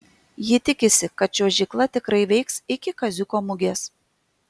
ji tikisi kad čiuožykla tikrai veiks iki kaziuko mugės